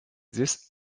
dix